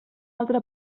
altra